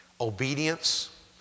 Obedience